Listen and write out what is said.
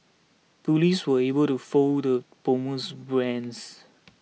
police were able to foil the bomber's